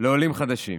לעולים חדשים.